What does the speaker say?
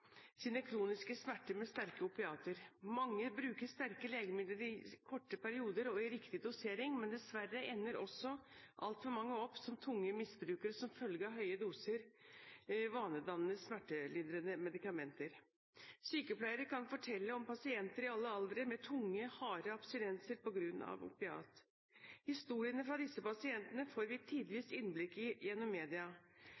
sine kroniske smerter med sterke opiater. Mange bruker sterke legemidler i korte perioder og i riktig dosering, men dessverre ender også altfor mange opp som tunge misbrukere som følge av høye doser vanedannende smertelindrende medikamenter. Sykepleiere kan fortelle om pasienter i alle aldre med tunge, harde abstinenser på grunn av opiat. Historiene til disse pasientene får vi